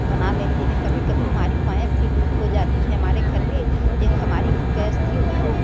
बना लेते हैं कभी कभी हमारी पैप भी लीक हो जाती है हमारे घर में एक हमारी गैस थी उसको